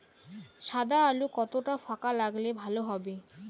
সাদা আলু কতটা ফাকা লাগলে ভালো হবে?